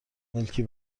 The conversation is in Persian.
ملکی